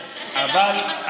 אבל,